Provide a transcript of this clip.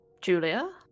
Julia